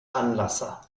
anlasser